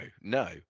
no